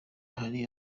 hari